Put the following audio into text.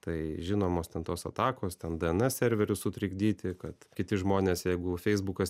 tai žinomos ten tos atakos ten dns serverius sutrikdyti kad kiti žmonės jeigu feisbukas